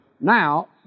Now